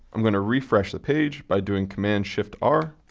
i'm going to refresh the page, by doing command shift r.